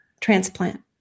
transplant